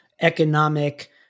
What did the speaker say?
economic